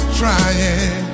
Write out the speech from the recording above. trying